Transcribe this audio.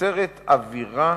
נוצרת אווירה